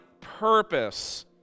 purpose